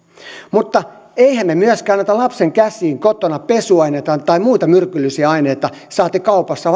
mutta emmehän me myöskään anna lapsen käsiin kotona pesuaineita tai muita myrkyllisiä aineita saati kaupassa